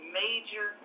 major